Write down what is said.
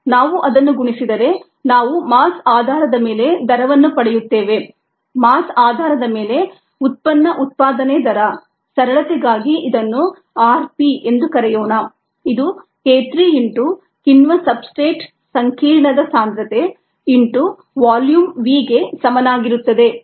ನಾವು ಅದನ್ನು ಗುಣಿಸಿದರೆ ನಾವು ಮಾಸ್ ಆಧಾರದ ಮೇಲೆ ದರವನ್ನು ಪಡೆಯುತ್ತೇವೆ ಮಾಸ್ ಆಧಾರದ ಮೇಲೆ ಉತ್ಪನ್ನ ಉತ್ಪಾದನೆ ದರ ಸರಳತೆಗಾಗಿ ಇದನ್ನು r P ಎಂದು ಕರೆಯೋಣ ಇದು k 3 ಇಂಟು ಕಿಣ್ವ ಸಬ್ಸ್ಟ್ರೇಟ್ ಸಂಕೀರ್ಣದ ಸಾಂದ್ರತೆ ಇಂಟು ವಾಲ್ಯೂಮ್ v ಗೆ ಸಮನಾಗಿರುತ್ತದೆ